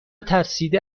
ترسیده